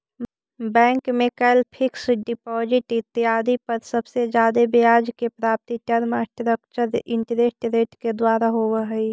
bank में कैल fixed deposit इत्यादि पर सबसे जादे ब्याज के प्राप्ति टर्म स्ट्रक्चर्ड इंटरेस्ट रेट के द्वारा होवऽ हई